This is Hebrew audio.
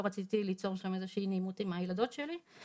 לא רציתי ליצור שם איזושהי אי נעימות עם הילדות שלי,